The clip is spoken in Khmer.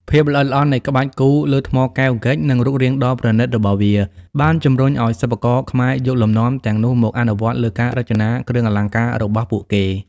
ភាពល្អិតល្អន់នៃក្បាច់គូរលើថ្មកែវ (ហ្គិច) និងរូបរាងដ៏ប្រណិតរបស់វា បានជម្រុញឱ្យសិប្បករខ្មែរយកលំនាំទាំងនោះមកអនុវត្តលើការរចនាគ្រឿងអលង្ការរបស់ពួកគេ។